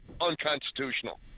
unconstitutional